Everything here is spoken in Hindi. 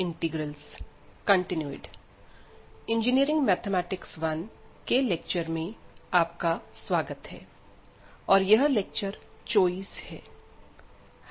इंजीनियरिंग मैथमेटिक्स 1 के लेक्चर में आपका स्वागत है और यह लेक्चर 24 है